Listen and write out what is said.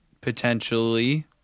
potentially